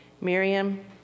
Miriam